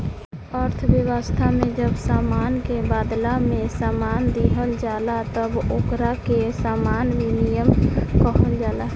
अर्थव्यवस्था में जब सामान के बादला में सामान दीहल जाला तब ओकरा के सामान विनिमय कहल जाला